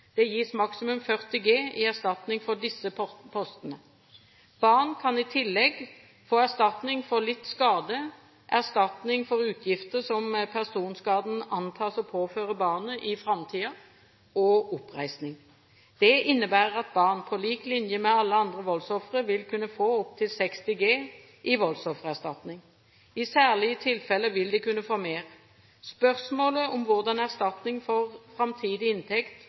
Det gis maksimum 40 G i erstatning for disse postene. Barn kan i tillegg få erstatning for lidt skade, erstatning for utgifter som personskaden antas å påføre barnet i framtiden, og oppreisning. Det innebærer at barn på lik linje med alle andre voldsofre vil kunne få opptil 60 G i voldsoffererstatning. I særlige tilfeller vil de kunne få mer. Spørsmålet om hvordan erstatning for framtidig inntekt